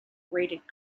grated